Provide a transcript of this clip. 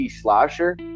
Slasher